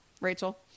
Rachel